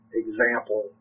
example